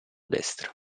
destra